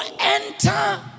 enter